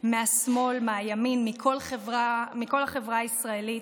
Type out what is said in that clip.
מהשמאל ומהימין, מכל החברה הישראלית.